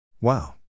Wow